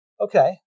okay